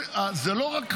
זה לא רק חרדים,